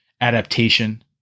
adaptation